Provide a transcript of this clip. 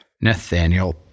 Nathaniel